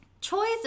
choice